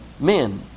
men